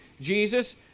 Jesus